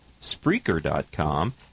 Spreaker.com